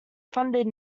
funded